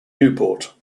newport